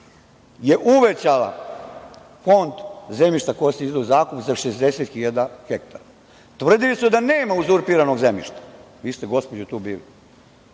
je uvećala fond zemljišta koje ste izdali u zakup za 60.000 hektara. Tvrdili su da nema uzurpiranog zemljišta. Vi ste, gospođo, tu bili,